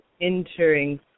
entering